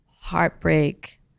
heartbreak